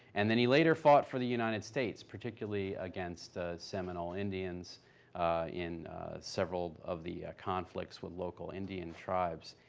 and then he later fought for the united states, particularly against seminole indians in several of the conflicts with local indian tribes.